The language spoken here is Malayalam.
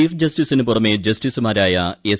ചീഫ് ജസ്റ്റിസിന് പുറമെ ജസ്റ്റിസുമാരായ എസ്